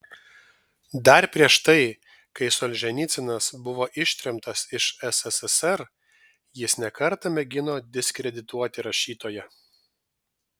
dar prieš tai kai solženicynas buvo ištremtas iš sssr jis ne kartą mėgino diskredituoti rašytoją